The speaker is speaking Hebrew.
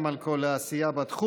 גם על כל העשייה בתחום.